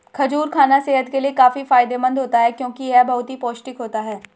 खजूर खाना सेहत के लिए काफी फायदेमंद होता है क्योंकि यह बहुत ही पौष्टिक होता है